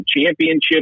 championship